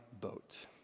boat